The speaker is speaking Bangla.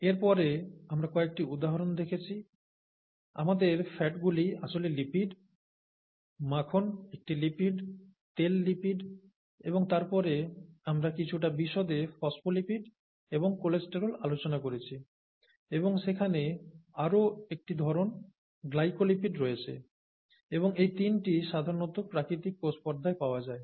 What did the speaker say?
এরপরে আমরা কয়েকটি উদাহরণ দেখেছি আমাদের ফ্যাটগুলি আসলে লিপিড মাখন একটি লিপিড তেল লিপিড এবং তারপরে আমরা কিছুটা বিশদে ফসফোলিপিড এবং কোলেস্টেরল আলোচনা করেছি এবং সেখানে আরও একটি ধরণ গ্লাইকোলিপিড রয়েছে এবং এই তিনটি সাধারণত প্রাকৃতিক কোষ পর্দায় পাওয়া যায়